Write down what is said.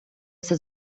все